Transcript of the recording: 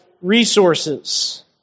resources